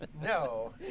no